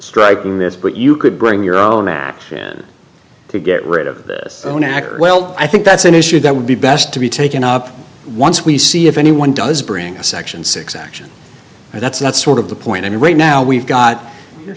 striking this but you could bring your own action to get rid of this well i think that's an issue that would be best to be taken up once we see if anyone does bring a section six action and that's not sort of the point i mean right now we've got you're